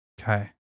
Okay